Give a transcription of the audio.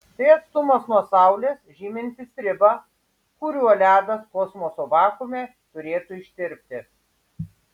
tai atstumas nuo saulės žymintis ribą kuriuo ledas kosmoso vakuume turėtų ištirpti